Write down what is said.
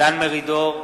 דן מרידור,